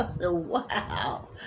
Wow